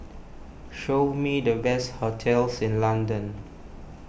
show me the best hotels in London